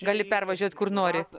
gali pervažiuot kur nori